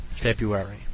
February